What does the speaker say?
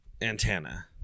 antenna